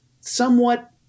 somewhat